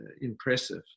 impressive